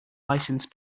license